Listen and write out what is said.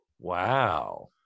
wow